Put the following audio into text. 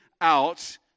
out